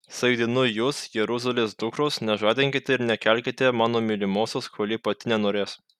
saikdinu jus jeruzalės dukros nežadinkite ir nekelkite mano mylimosios kol ji pati nenorės